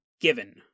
given